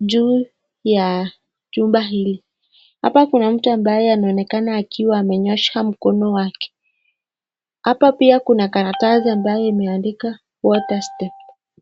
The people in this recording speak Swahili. juu ya chumba hili. Hapa kuna mtu ambaye anaonekana akiwa amenyosha mkono wake . Hapa pia kuna karatasi ambayo imeandika water step .